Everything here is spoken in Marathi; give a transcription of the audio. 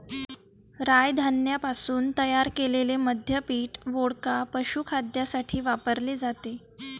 राय धान्यापासून तयार केलेले मद्य पीठ, वोडका, पशुखाद्यासाठी वापरले जाते